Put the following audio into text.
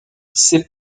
ses